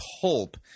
pulp